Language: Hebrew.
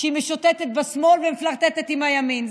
כשהיא משוטטת בשמאל ומפלרטטת עם הימין.